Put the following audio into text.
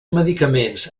medicaments